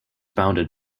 bounded